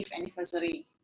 anniversary